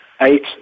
eight